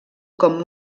com